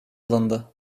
alındı